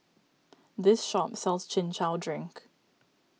this shop sells Chin Chow Drink